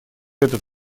этот